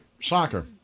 soccer